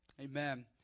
Amen